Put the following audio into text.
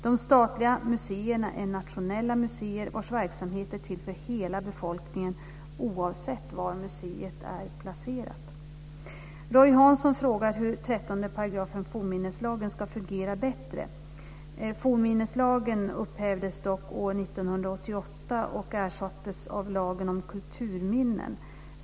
De statliga museerna är nationella museer vars verksamhet är till för hela befolkningen, oavsett var museet är placerat. Roy Hansson frågar hur 13 § fornminnesminneslagen ska fungera bättre. Fornminneslagen upphävdes dock år 1988 och ersattes av lagen om kulturminnen m.m.